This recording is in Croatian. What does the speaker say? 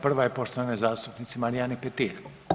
Prva je poštovane zastupnice Marijane Petir.